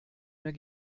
mehr